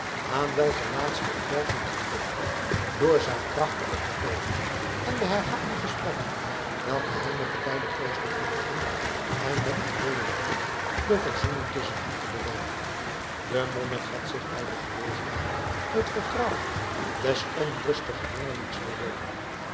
aan welken laatste het werkelijk gelukte door zijn krachtige vertoogen en de herhaalde gesprekken welke hij met de beide kloostervoogden en met adeelen hield de verzoening tusschen hen te bewerken de monnik had zich bij die gelegenheid het vertrouwen des onrustigen jongelings verworven